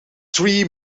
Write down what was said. three